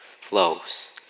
flows